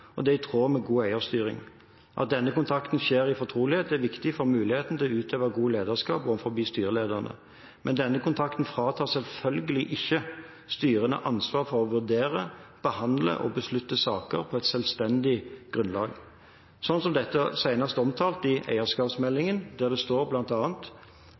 og det er i tråd med god eierstyring. At denne kontakten skjer i fortrolighet, er viktig for muligheten til å utøve godt lederskap overfor styrelederne. Men denne kontakten fratar selvfølgelig ikke styrene ansvar for å vurdere, behandle og beslutte saker på et selvstendig grunnlag. Dette er senest omtalt i eierskapsmeldingen, der det står